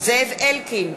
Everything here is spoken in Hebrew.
זאב אלקין,